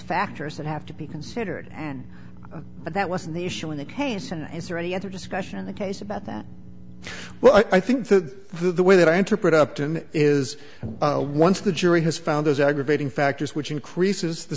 factors that have to be considered and but that wasn't the issue in the case and is there any other discussion in the case about that well i think that the way that i interpret upton is a once the jury has found those aggravating factors which increases the